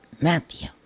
Matthew